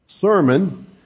sermon